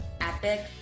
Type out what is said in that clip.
epic